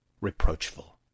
reproachful